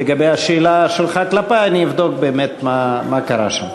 לגבי השאלה שלך כלפי, אני אבדוק מה באמת קרה שם.